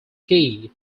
key